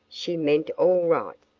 she meant all right.